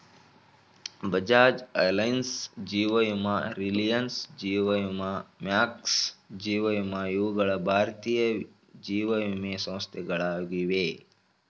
Bajaj Allianz, ಜೀವ ವಿಮಾ Reliance, ಜೀವ ವಿಮಾ ಮ್ಯಾಕ್ಸ್, ಜೀವ ವಿಮಾ ಇವುಗಳ ಭಾರತೀಯ ಜೀವವಿಮೆ ಸಂಸ್ಥೆಗಳಾಗಿವೆ